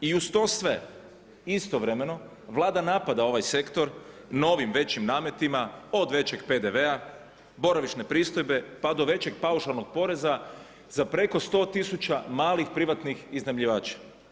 I uz to sve istovremeno Vlada napada ovaj sektor novim većim nametima, od većeg PDV-a, boravišne pristojbe pa do većeg paušalnog poreza za preko sto tisuća malih privatnih iznajmljivača.